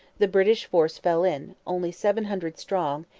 the british force fell in, only seven hundred strong,